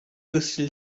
crystal